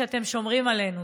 שאתם שומרים עלינו.